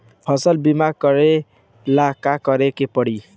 फसल बिमा करेला का करेके पारी?